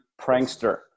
prankster